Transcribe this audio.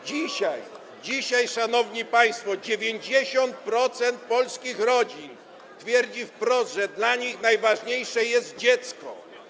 Dzisiaj, szanowni państwo, 90% polskich rodzin twierdzi wprost, że dla nich najważniejsze jest dziecko.